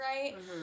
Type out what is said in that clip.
right